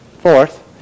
fourth